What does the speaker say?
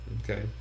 okay